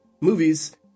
movies